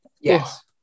Yes